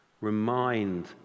Remind